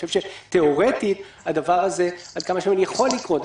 תיאורטית, הדבר הזה יכול לקרות.